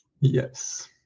Yes